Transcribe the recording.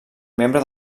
membre